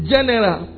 General